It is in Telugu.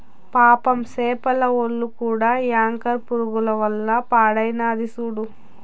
పాపం సేపల ఒల్లు కూడా యాంకర్ పురుగుల వల్ల పాడైనాది సూడు